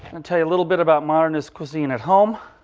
and and a little bit about modernist cuisine at home.